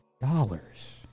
dollars